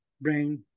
brain